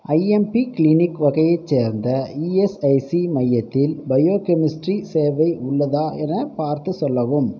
IMP clinic வகையைச் சேர்ந்த ESIC மையத்தில் பயோகெமிஸ்ட்ரி சேவை உள்ளதா எனப் பார்த்துச் சொல்லவும்